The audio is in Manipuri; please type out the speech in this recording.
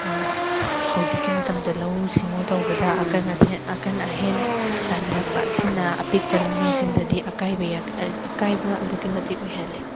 ꯍꯧꯖꯤꯛꯀꯤ ꯃꯇꯝꯗ ꯂꯧꯎ ꯁꯤꯡꯎ ꯇꯧꯕꯗ ꯑꯀꯟ ꯑꯊꯦꯟ ꯑꯀꯟ ꯑꯍꯦꯟ ꯇꯥꯅꯔꯛꯄ ꯑꯁꯤꯅ ꯑꯄꯤꯛꯄ ꯂꯧꯃꯤꯁꯤꯡꯗꯗꯤ ꯑꯀꯥꯏꯕ ꯑꯀꯥꯏꯕ ꯑꯗꯨꯛꯀꯤ ꯃꯇꯤꯛ ꯑꯣꯏꯍꯜꯂꯤ